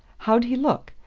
how'd he look?